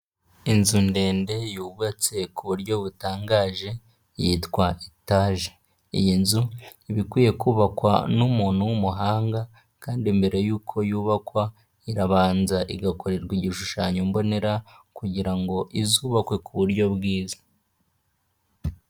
Inzu ndende yubatse ku buryo butangaje yitwa etaje, iyi nzu iba ikwiye kubakwa n'umuntu w'umuhanga kandi mbere yuko yubakwa irabanza igakorerwa igishushanyo mbonera kugira ngo izubakwe ku buryo bwiza.